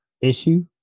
issue